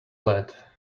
lad